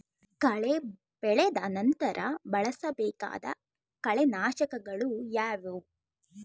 ಕಳೆ ಬೆಳೆದ ನಂತರ ಬಳಸಬೇಕಾದ ಕಳೆನಾಶಕಗಳು ಯಾವುವು?